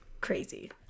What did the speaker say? crazy